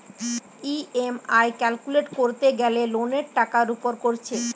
EMI calculate কোরতে গ্যালে লোনের টাকার উপর কোরছে